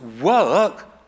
work